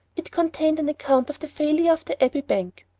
it contained an account of the failure of the abbey bank.